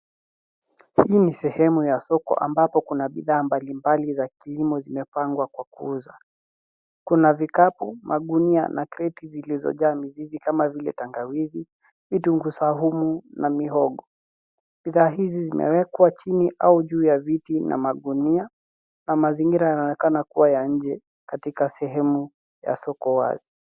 Hii ni sehemu ya soko ambapo kuna bidhaa mbalimbali za kilimo zimepangwa kwa kuuza. Kuna vikapu, magunia na kreti zilizojaa mizizi kama vile tangawizi, vitunguu saumu na mihogo. Duka hizi zimewekwa chini au juu ya viti na magunia na mazingira yanaonekana kuwa ya nje katika sehemu ya soko wazi.